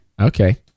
Okay